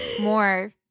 more